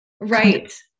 right